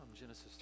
Genesis